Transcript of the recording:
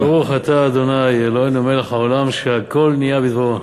ברוך אתה ה' אלוהינו מלך העולם שהכול נהיה בדברו.